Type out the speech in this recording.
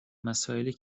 مسائلی